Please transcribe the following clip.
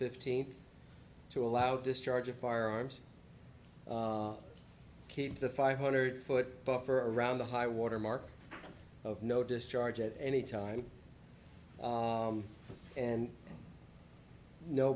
fifteenth to allow discharge of firearms keep the five hundred foot buffer around the high water mark of no discharge at any time and no